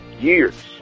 years